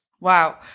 Wow